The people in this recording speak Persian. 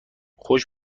خوش